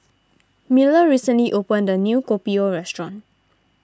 Miller recently opened a new Kopi O restaurant